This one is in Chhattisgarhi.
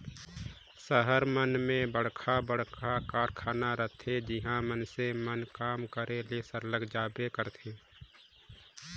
सहर मन में बड़खा बड़खा कारखाना रहथे जिहां मइनसे मन काम करे ले सरलग जाबे करथे